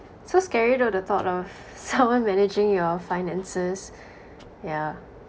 so scary though the thought of someone managing your finances yeah